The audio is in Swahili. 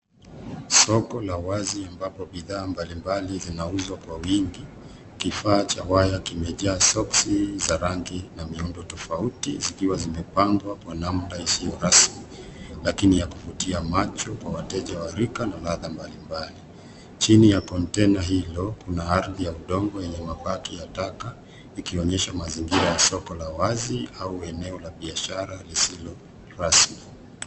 Soko la wazi ambapo bidhaa mbalimbali zinauzwa kwa wingi. Kifaa cha waya kimejaa soksi za rangi na miundo tofauti zikiwa zimepangwa kwa namna isiyo rasmi lakini ya kuvutia macho kwa wateja wa rika na ladha mbalimbali. Chini ya kontena hilo kuna ardhi ya udongo yenye mabaki ya taka ikionyesha mazingira ya soko la wazi au eneo la biashara lisilo rasmi.